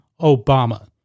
Obama